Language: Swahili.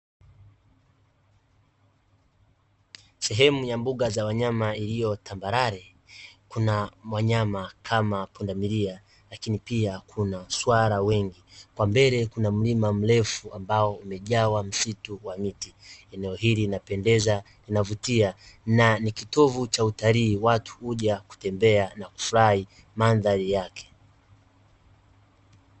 Sehemu ya mbuga za wanyama iliyo tambarare, kuna wanyama kama pundamilia lakini pia kuna swala wengi; kwa mbele kuna mlima mrefu ambao umejawa msitu wa miti. Eneo hili linapendeza linavutia na ni kitovu cha utalii, watu huja kutembea na kufurahi mandhari yake.